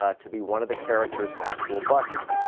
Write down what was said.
ah to be one of the character's actual buses.